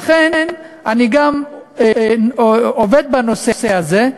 לכן אני עובד בנושא הזה,